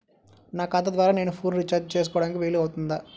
నా ఖాతా ద్వారా నేను ఫోన్ రీఛార్జ్ చేసుకోవడానికి వీలు అవుతుందా?